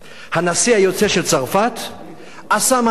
הנשיא היוצא של צרפת עשה מעשה,